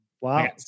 Wow